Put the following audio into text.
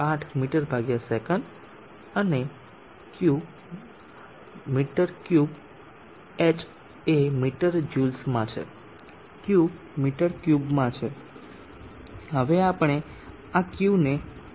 8 મી સેકંડ અને Q m3h એ મીટર જ્યુલ્સમાં છે Q મી3 માં છે